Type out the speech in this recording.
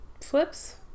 Flips